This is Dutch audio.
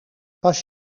pas